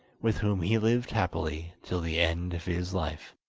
with whom he lived happily till the end of his life.